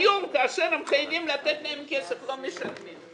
היום כאשר הם חייבים לתת להם כסף, לא משלמים.